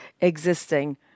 existing